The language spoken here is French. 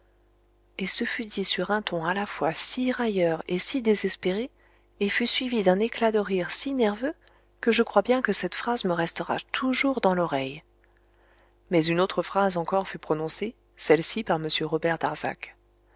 et ce fut dit sur un ton à la fois si railleur et si désespéré et fut suivi d'un éclat de rire si nerveux que je crois bien que cette phrase me restera toujours dans l'oreille mais une autre phrase encore fut prononcée celle-ci par m robert darzac